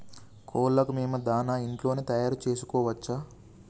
కోళ్లకు మేము దాణా ఇంట్లోనే తయారు చేసుకోవచ్చా?